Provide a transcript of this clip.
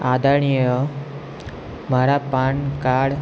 આદરણીય મારા PAN card